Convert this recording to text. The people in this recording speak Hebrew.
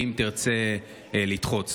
אם תרצה לדחות.